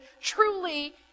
truly